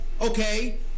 okay